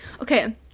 Okay